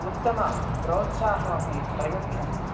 उत्तमं प्रोत्साहनमपि प्रयच्छन्ति